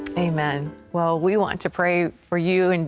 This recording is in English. amen. well, we want to pray for you. and